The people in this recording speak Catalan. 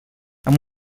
amb